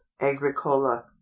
agricola